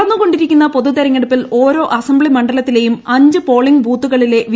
നടന്നുകൊണ്ടിരിക്കുന്ന പൊതു തിരഞ്ഞെടുപ്പിൽ ഓരോ അസംബ്ലി മണ്ഡലത്തിലെയും അഞ്ച് പോളിംഗ് ബൂത്തുകളിലെ വി